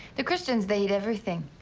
the christians they eat everything.